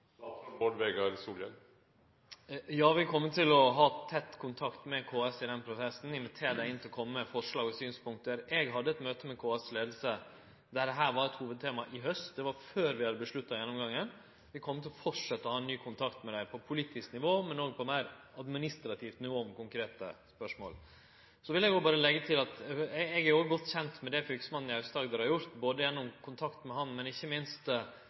prosessen videre? Ja, vi kjem til å ha tett kontakt med KS i den prosessen. Vi vil invitere dem inn til å kome med forslag og synspunkt. Eg hadde eit møte med KS’ leiing i haust der dette var hovudtemaet. Det var før vi hadde avgjort gjennomgangen. Vi vil fortsetje å ha ny kontakt med dei på politisk nivå, men òg på meir administrativt nivå om konkrete spørsmål. Eg er òg godt kjent med det Fylkesmannen i Aust-Agder har gjort, både gjennom kontakt med